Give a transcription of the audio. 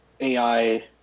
AI